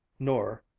nor,